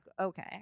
okay